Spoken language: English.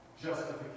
justification